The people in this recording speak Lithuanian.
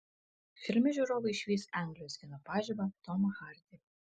filme žiūrovai išvys anglijos kino pažibą tomą hardy